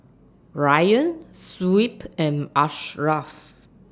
Ryan Shuib and Ashraf